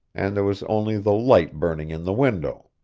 and there was only the light burning in the window.